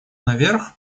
наверх